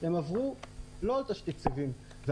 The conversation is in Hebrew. הם עברו לא על תשתית הסיבים.